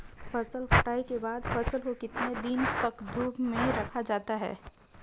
फसल कटाई के बाद फ़सल को कितने दिन तक धूप में रखा जाता है?